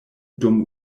dum